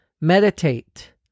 Meditate